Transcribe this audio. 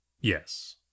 yes